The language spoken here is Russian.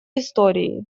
истории